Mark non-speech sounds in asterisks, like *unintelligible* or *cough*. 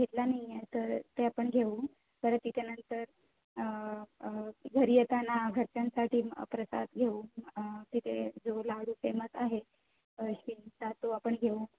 घेतला नाही आहे तर ते आपण घेऊ परत त्याच्यानंतर घरी येताना घरच्यांसाठी प्रसाद घेऊ तिथे जो लाडू फेमस आहे *unintelligible* तो आपण घेऊ